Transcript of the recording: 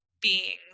beings